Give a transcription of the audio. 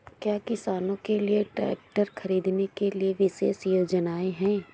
क्या किसानों के लिए ट्रैक्टर खरीदने के लिए विशेष योजनाएं हैं?